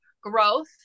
growth